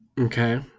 Okay